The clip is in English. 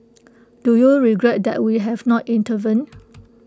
do you regret that we have not intervened